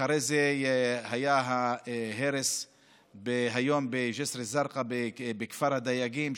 אחרי זה היה הרס היום בג'יסר א-זרקא בכפר הדייגים.